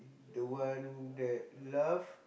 the one that laugh